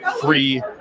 free